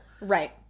Right